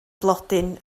blodyn